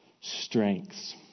strengths